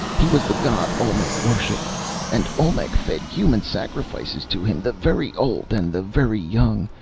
he was the god olmec worshipped and olmec fed human sacrifices to him, the very old and the very young,